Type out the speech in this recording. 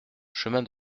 chemin